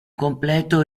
completo